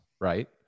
right